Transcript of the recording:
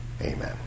Amen